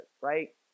Right